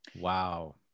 Wow